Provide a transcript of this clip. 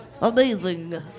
Amazing